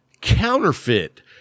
counterfeit